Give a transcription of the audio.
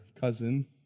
cousin